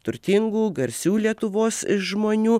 turtingų garsių lietuvos žmonių